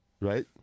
Right